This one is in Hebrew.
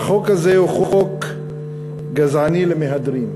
החוק הזה הוא חוק גזעני למהדרין,